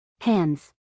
Hands